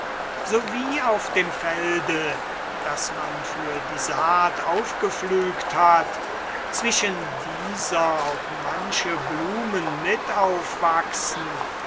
wie auf dem felde das man für die saat aufgepflügt hat zwischen dieser auch manche blumen mit aufwachsen